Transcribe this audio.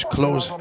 Close